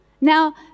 Now